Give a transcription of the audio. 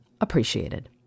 appreciated